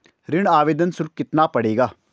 ऋण आवेदन शुल्क कितना पड़ेगा?